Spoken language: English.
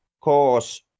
cause